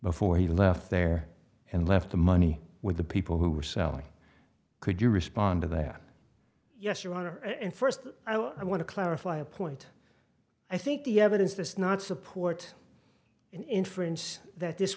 before he left there and left the money with the people who were selling could you respond to that yes your honor and first i want to clarify a point i think the evidence does not support an inference that this